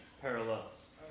parallels